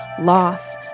loss